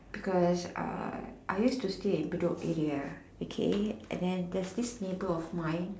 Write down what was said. because uh I used to stay in Bedok area okay and then there's this neighbor of mine